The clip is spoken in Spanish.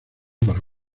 para